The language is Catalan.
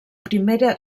primera